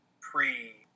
pre-